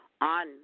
on